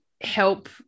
help